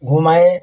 घूम आए